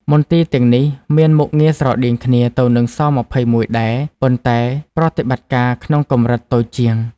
មន្ទីរទាំងនេះមានមុខងារស្រដៀងគ្នាទៅនឹង ស-២១ ដែរ ប៉ុន្តែប្រតិបត្តិការក្នុងកម្រិតតូចជាង។